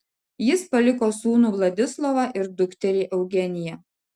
jis paliko sūnų vladislovą ir dukterį eugeniją